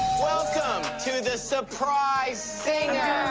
welcome to the surprise singer.